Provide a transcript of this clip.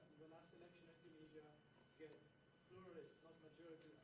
last election in tunisia get pluralists not majority